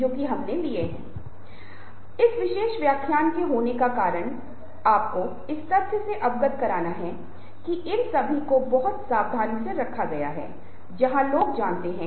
संक्रमण स्वचालित रूप से सुचारू हो जाता है क्योंकि जब आप बोलते हैं तो आप पूरी जानकारी के साथ बहुत अधिक सार्थक तरीके से बोल रहे होते हैं